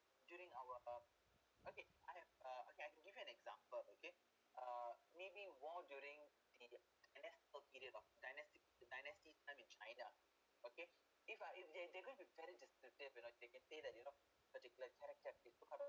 during our okay I have uh okay I can give you an example okay uh maybe war during and then that period of dynastic dynasty time in china okay if uh if they they're going to very distinctive you know they can say that you know particular character